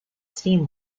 steam